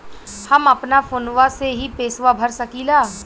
हम अपना फोनवा से ही पेसवा भर सकी ला?